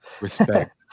respect